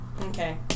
Okay